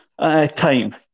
Time